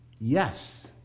Yes